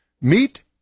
meet